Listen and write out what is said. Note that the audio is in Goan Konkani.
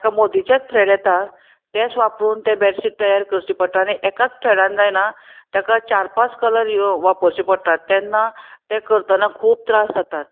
ताका मोदीचेंच थ्रेड येता तेंच वापरून तें बेडशीट तयार करचें पडटा आनी एकाच थ्रेडान जायना ताका चार पांच कलर वापरचे पडटा तेन्ना ते करतना खूब त्रास जातात